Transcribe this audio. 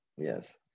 Yes